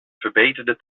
verbeterde